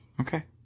Okay